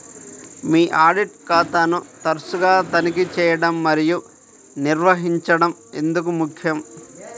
మీ audit ఖాతాను తరచుగా తనిఖీ చేయడం మరియు నిర్వహించడం ఎందుకు ముఖ్యం?